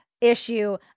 issue